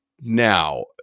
Now